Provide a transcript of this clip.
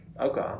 okay